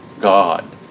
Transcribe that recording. God